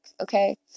okay